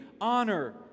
honor